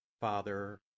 Father